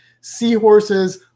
seahorses